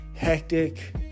hectic